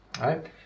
right